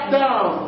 down